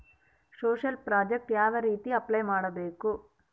Social project ಯಾವ ರೇತಿ apply ಮಾಡಬೇಕು?